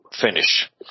finish